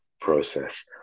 process